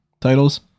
titles